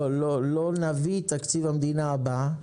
לא נביא את תקציב המדינה הבא.